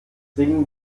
ringen